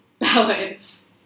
balance